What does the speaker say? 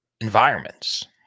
environments